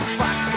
fuck